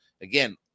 again